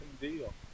deal